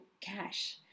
cash